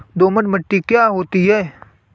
दोमट मिट्टी क्या होती हैं?